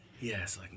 Yes